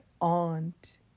aunt